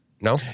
No